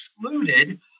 excluded